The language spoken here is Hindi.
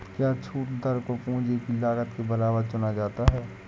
क्या छूट दर को पूंजी की लागत के बराबर चुना जाता है?